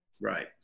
Right